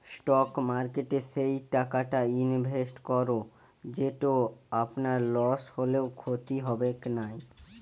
stock মার্কেটে সেই টাকাটা ইনভেস্ট করো যেটো আপনার লস হলেও ক্ষতি হবেক নাই